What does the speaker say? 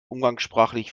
umgangssprachlich